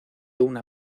una